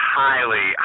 highly